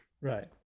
right